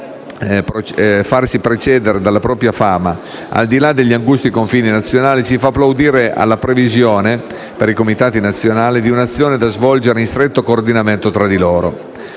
hanno saputo farsi precedere dalla propria fama al di là degli angusti confini nazionali, ci fa plaudire alla previsione, per i comitati nazionali, di un'azione da svolgere in stretto coordinamento tra di loro.